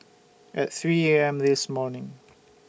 At three A M This morning